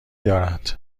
دارد